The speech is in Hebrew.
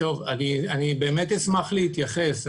אשמח להתייחס.